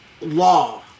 law